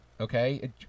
okay